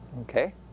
Okay